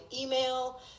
email